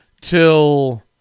till